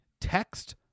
text